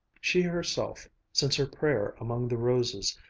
she herself, since her prayer among the roses,